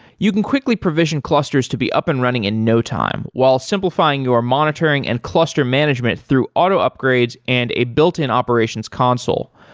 you can quickly provision clusters to be up and running in no time while simplifying your monitoring and cluster management through auto upgrades and a built-in operations console.